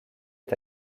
est